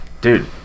Dude